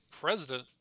president